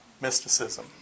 Mysticism